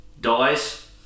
dies